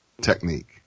technique